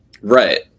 right